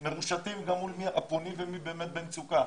אנחנו מרושתים גם מול מי הפונים ומי באמת במצוקה.